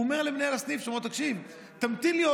והוא אומר למנהל הסניף: תמתין לי,